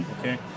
okay